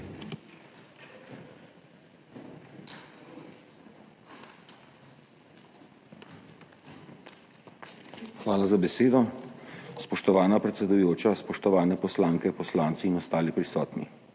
Hvala za besedo, spoštovana predsedujoča. Spoštovane poslanke, poslanci in ostali prisotni!